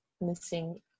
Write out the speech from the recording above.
missing